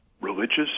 religious